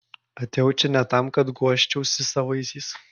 atėjau čia ne tam kad guosčiausi savaisiais